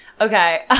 Okay